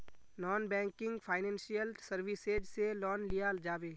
Non banking financial services से loan लिया जाबे?